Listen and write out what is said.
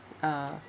uh